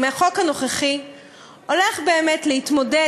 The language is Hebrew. החוק הנוכחי הולך באמת להתמודד,